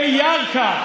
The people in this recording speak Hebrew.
בירכא.